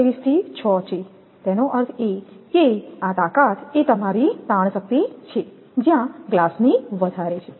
23 થી 6 છે તેનો અર્થ એ કે આ તાકાત એ તમારી તાણ શક્તિ છે જ્યાં ગ્લાસની વધારે છે